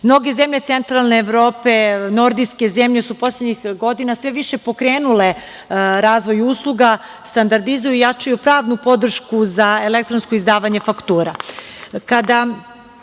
Mnoge zemlje centralne Evrope, nordijske zemlje su poslednjih godina sve više pokrenule razvoj usluga, standardizuju i jačaju pravnu podršku za elektronsko izdavanje faktura. Kada